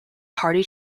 party